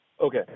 Okay